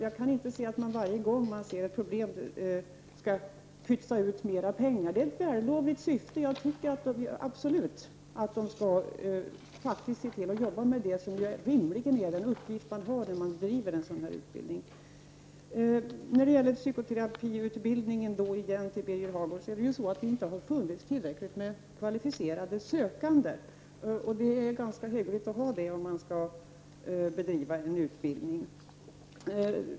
Jag anser inte att man skall pytsa ut mer pengar varje gång man ser ett problem. Detta är ett vällovligt syfte. Jag tycker att de som driver en sådan utbildning skall arbeta med det som rimligen är deras uppgift. Jag vill till Birger Hagård säga följande om psykoterapiutbildningen. Det har inte funnits tillräckligt många sökande som har varit kvalificerade. Det är ganska bra att ha det om man skall bedriva en utbildning.